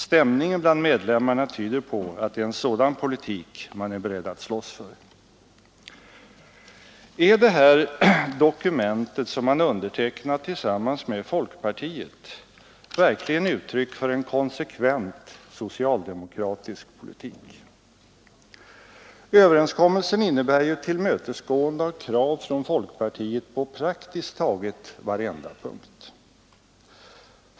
Stämningen bland medlemmarna tyder på att det är en sådan politik man är beredd att slåss för.” Är det dokument, som man har undertecknat tillsammans med folkpartiet, verkligen uttryck för en konsekvent socialdemokratisk politik? Överenskommelsen innebär tillmötesgående av krav från folkpartiet på praktiskt taget varenda punkt.